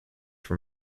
from